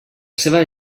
seva